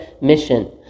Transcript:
mission